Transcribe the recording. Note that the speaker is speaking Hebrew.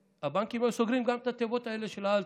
והבנקים סוגרים גם את התיבות האלה של אל-תור.